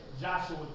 Joshua